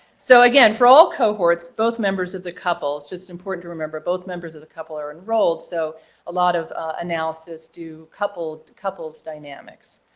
so again for all cohorts both members of the couple. it's just important to remember both members of the couple are enrolled, so a lot of analysis do couple, couples dynamics.